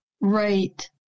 Right